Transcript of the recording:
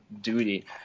duty